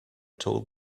told